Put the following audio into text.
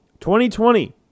2020